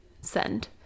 Send